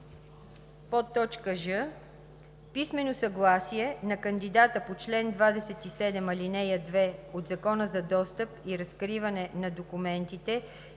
ж) писмено съгласие на кандидата по чл. 27, ал. 2 от Закона за достъп и разкриване на документите